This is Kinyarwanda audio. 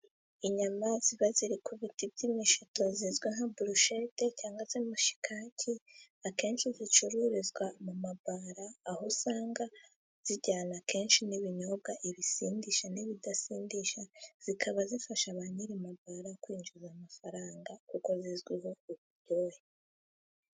Inyama ziba ziri ku biti by' imishito zizwi nka burushete, cyangwa se mushikaki akenshi zicururizwa mu mabara, aho usanga zijyana akenshi n' ibinyobwa, ibisindisha n' ibidasindisha, zikaba zifasha ba nyiri mabara kwinjiza amafaranga kuko zizwiho uburyohe.